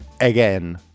again